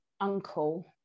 uncle